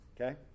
Okay